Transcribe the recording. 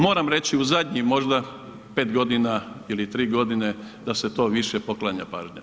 Moram reći u zadnjih možda 5 godina ili tri godine da se to više poklanja pažnja.